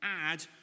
add